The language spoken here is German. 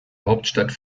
hauptstadt